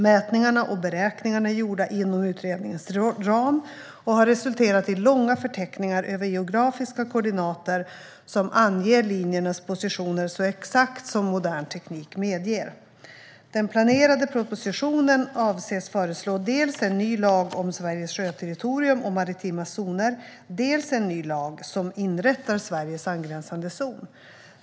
Mätningarna och beräkningarna är gjorda inom utredningens ram och har resulterat i långa förteckningar över geografiska koordinater som anger linjernas positioner så exakt som modern teknik medger. Den planerade propositionen avses föreslå dels en ny lag om Sveriges sjöterritorium och maritima zoner, dels en ny lag som inrättar Sveriges angränsande zon.